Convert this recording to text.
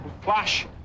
flash